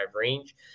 range